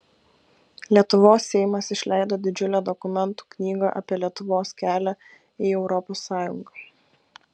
lietuvos seimas išleido didžiulę dokumentų knygą apie lietuvos kelią į europos sąjungą